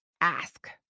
ask